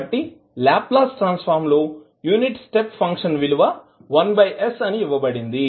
కాబట్టి Laplace transform లో unit step function విలువ 1s అని ఇవ్వబడింది